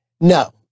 No